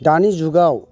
दानि जुगाव